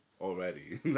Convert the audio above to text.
already